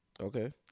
Okay